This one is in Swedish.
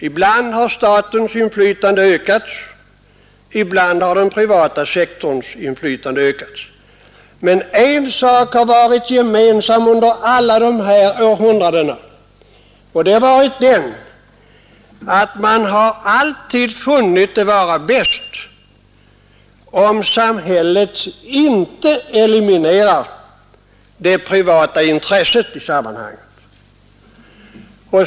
Ibland har statens inflytande ökats, ibland har den privata sektorns inflytande ökats. Men en sak har varit gemensam under alla dessa århundraden, och det har varit att man alltid funnit att det var bäst om samhället inte eliminerar det privata intresset i sammanhanget.